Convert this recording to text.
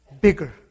bigger